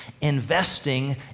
investing